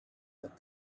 that